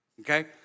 okay